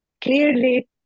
Clearly